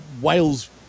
Wales